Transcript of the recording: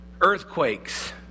earthquakes